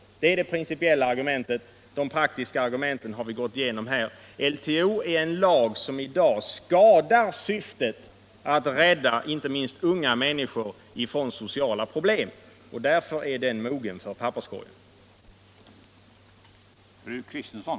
Det är det principiella argumentet. De praktiska argumenten har vi redan gått igenom — LTO är en lag som motverkar syftet att rädda inte minst unga människor från sociala problem, och därför är den mogen för papperskorgen.